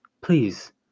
Please